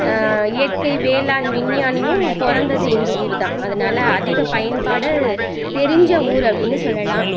இயற்கை வேளாண் விஞ்ஞானியும் பிறந்தது இந்த ஊர் தான் அதனால் அதிகப் பயன்பாடு தெரிஞ்ச ஊர் அப்படின்னு சொல்லலாம்